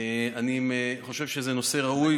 אני חושב שזה נושא ראוי.